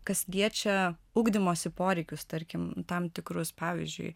kas liečia ugdymosi poreikius tarkim tam tikrus pavyzdžiui